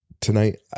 tonight